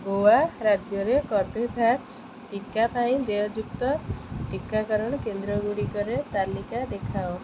ଗୋଆ ରାଜ୍ୟରେ କର୍ବେଭ୍ୟାକ୍ସ୍ ଟିକା ପାଇଁ ଦେୟଯୁକ୍ତ ଟିକାକରଣ କେନ୍ଦ୍ରଗୁଡ଼ିକର ତାଲିକା ଦେଖାଅ